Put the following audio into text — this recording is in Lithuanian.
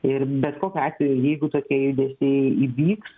ir bet kokiu atveju jeigu tokie judesiai įvyks